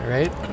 Right